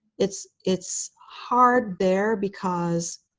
it's it's hard there because